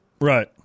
Right